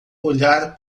olhar